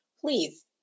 Please